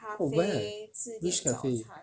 oh where which cafe